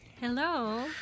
Hello